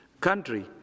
country